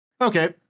Okay